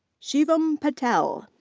shivam patel.